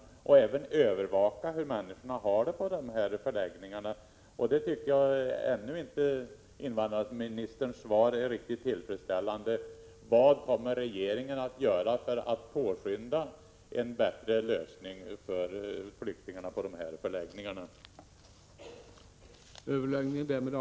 Dessutom bör man övervaka hur människorna i förläggningarna har det. Jag tycker fortfarande inte att invandrarministerns svar är riktigt tillfredsställande. Vad kommer regeringen att göra för att påskynda en bättre lösning för flyktingarna på de här förläggningarna?